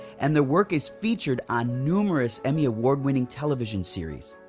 and their work is featured on numerous emmy award-winning television series,